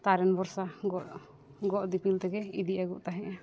ᱛᱟᱨᱮᱱ ᱵᱷᱚᱨᱥᱟ ᱜᱚᱜᱼᱫᱤᱯᱤᱞ ᱛᱮᱜᱮ ᱤᱫᱤ ᱟᱹᱜᱩᱜ ᱛᱟᱦᱮᱱᱟ